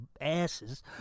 asses